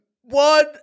One